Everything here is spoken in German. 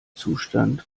zustand